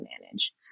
manage